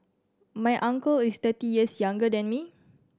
my uncle is thirty years younger than me